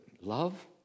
Love